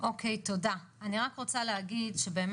צריכה לבדוק.